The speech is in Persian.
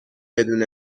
بدون